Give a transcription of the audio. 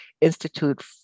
Institute